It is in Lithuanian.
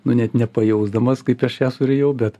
nu net nepajusdamas kaip aš ją surijau bet